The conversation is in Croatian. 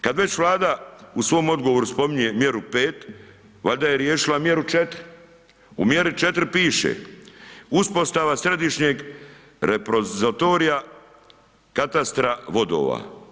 Kad već Vlada u svom odgovoru spominje mjeru 5., valjda je riješila mjeru 4., u mjeri 4. piše uspostava središnjeg repozitorija katastra vodova.